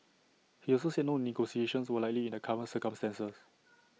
he also said no negotiations were likely in the current circumstances